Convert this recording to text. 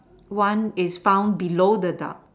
one is found below the duck